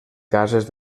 cases